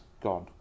gone